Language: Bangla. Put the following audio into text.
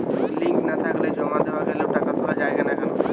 লিঙ্ক না থাকলে জমা দেওয়া গেলেও টাকা তোলা য়ায় না কেন?